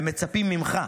ומצפים ממך,